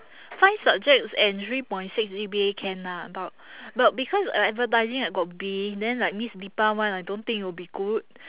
five subjects and three point six G_P_A can nah about but because uh advertising I got B then like miss dipa [one] I don't think it will be good